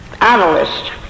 analyst